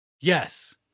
Yes